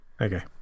Okay